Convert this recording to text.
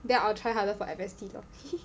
then I'll try harder for F_S_T lor